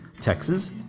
texas